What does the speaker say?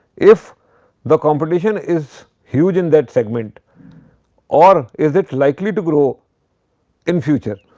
if the competition is huge in that segment or is it likely to grow in future.